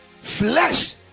flesh